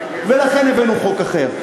ולכן הבאנו חוק אחר.